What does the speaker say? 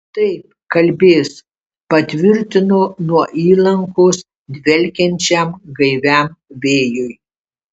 taip kalbės patvirtino nuo įlankos dvelkiančiam gaiviam vėjui